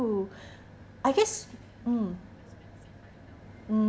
I guess mm mm